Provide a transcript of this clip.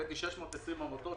הבאתי 620 עמותות,